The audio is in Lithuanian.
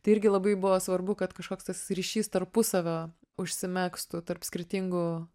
tai irgi labai buvo svarbu kad kažkoks tas ryšys tarpusavio užsimegztų tarp skirtingų